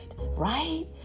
right